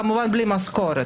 כמובן בלי משכורת.